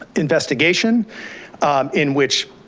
investigation in which